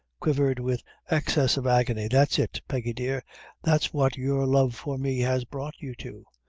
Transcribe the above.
quivered with excess of agony that's it, peggy dear that's what your love for me has brought you to!